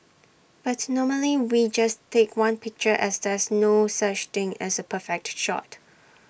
but normally we just take one picture as there's no such thing as A perfect shot